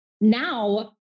Now